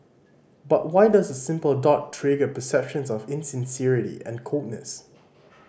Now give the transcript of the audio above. but why does a simple dot trigger perceptions of insincerity and coldness